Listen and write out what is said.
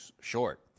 short